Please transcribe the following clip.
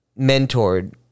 mentored